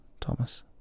Thomas